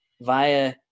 via